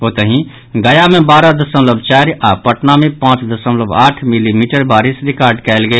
ओतहि गया मे बारह दशमलव चारि आओर पटना मे पांच दशमलव आठ मिलीमीटर बारिश रिकॉर्ड कयल गेल